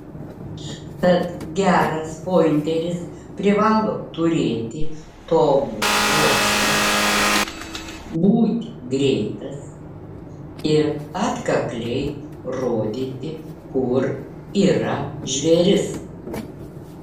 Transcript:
tad geras pointeris privalo turėti tobulą uoslę būti greitas ir atkakliai rodyti kur yra žvėris